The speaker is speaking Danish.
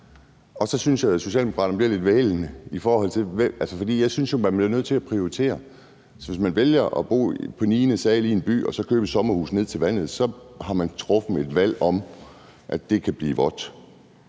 Og så synes jeg, at Socialdemokraterne bliver lidt vævende. For jeg synes jo, man bliver nødt til at prioritere. Så hvis man vælger at bo på 9. sal i en by og så købe et sommerhus ned til vandet, har man truffet et valg om, at det kan blive vådt,